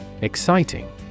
Exciting